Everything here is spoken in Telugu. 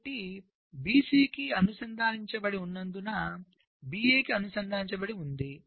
కాబట్టి B C కి అనుసంధానించబడి ఉన్నందున B A కి అనుసంధానించబడి ఉంది